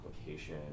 application